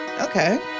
Okay